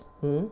hmm